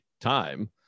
time